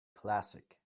classic